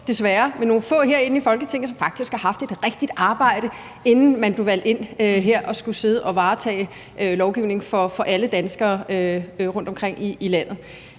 desværre kun nogle få – herinde i Folketinget, som faktisk har haft et rigtigt arbejde, inden vi blev valgt ind her og skulle sidde og varetage lovgivningen for alle danskere rundtomkring i landet.